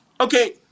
okay